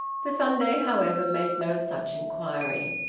the sunday, however, made no such inquiry.